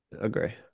Agree